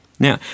Now